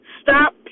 stop